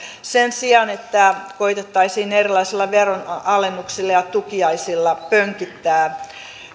sen sijaan että koetettaisiin erilaisilla veronalennuksilla ja tukiaisilla pönkittää